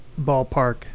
Ballpark